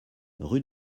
rue